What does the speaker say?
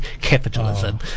capitalism